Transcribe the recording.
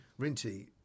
Rinty